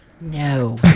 No